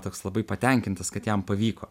toks labai patenkintas kad jam pavyko